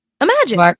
imagine